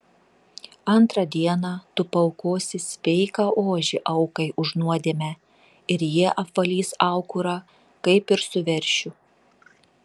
antrą dieną tu paaukosi sveiką ožį aukai už nuodėmę ir jie apvalys aukurą kaip ir su veršiu